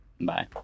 bye